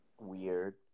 Weird